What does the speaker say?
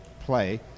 play